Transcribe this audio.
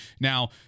Now